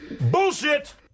Bullshit